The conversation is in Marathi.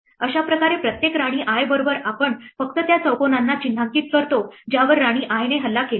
अशाप्रकारे प्रत्येक नवीन राणी i बरोबर आम्ही फक्त त्या चौकोनांना चिन्हांकित करतो ज्यावर राणी i ने हल्ला केला आहे